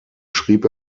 schrieb